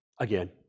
again